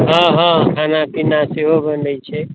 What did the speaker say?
हँ हँ खाना पीना सेहो बनै छै